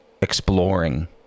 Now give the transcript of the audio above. exploring